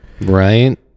right